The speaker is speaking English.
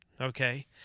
Okay